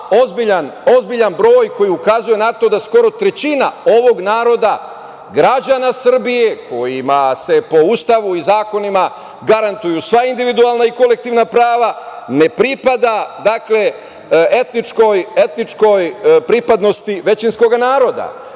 ozbiljan broj koji ukazuje na to da skoro trećina ovog naroda, građana Srbije kojima se po Ustavu i zakonima garantuju sva individualna i kolektivna prava, ne pripada etničkoj pripadnosti većinskog naroda. Sada,